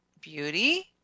beauty